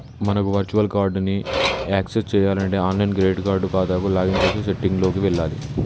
మనకు virtual card ని access చేయాలంటే ఆన్లైన్ క్రెడిట్ కార్డ్ ఖాతాకు లాగిన్ చేసి సెట్టింగ్ లోకి వెళ్లాలి